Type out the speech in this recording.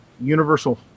Universal